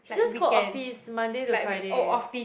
he just go office Monday to Friday